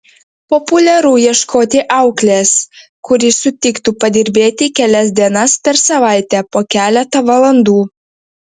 populiaru ieškoti auklės kuri sutiktų padirbėti kelias dienas per savaitę po keletą valandų